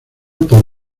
por